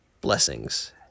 Blessings